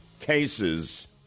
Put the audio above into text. cases